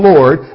Lord